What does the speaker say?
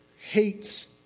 hates